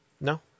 No